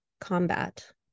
combat